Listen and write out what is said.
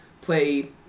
play